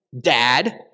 Dad